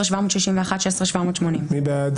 16,481 עד 16,500. מי בעד?